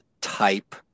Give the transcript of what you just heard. type